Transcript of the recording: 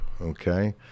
okay